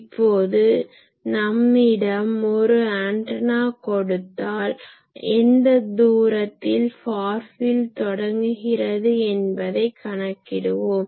இப்போது நம்மிடம் ஒரு ஆன்டனா கொடுத்தால் எந்த தூரத்தில் ஃபார் ஃபீல்ட் தொடங்குகிறது என்பதை கணக்கிடுவோம்